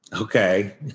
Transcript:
Okay